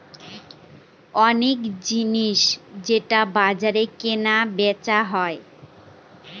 অনেক জিনিস যেটা বাজারে কেনা বেচা হয়